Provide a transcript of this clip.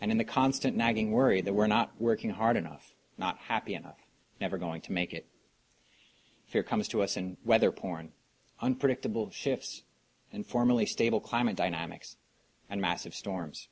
in the constant nagging worry that we're not working hard enough not happy and never going to make it here comes to us and whether porn unpredictable shifts and formally stable climate dynamics and massive storms